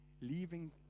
leaving